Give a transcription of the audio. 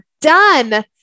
done